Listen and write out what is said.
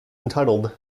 entitled